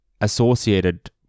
associated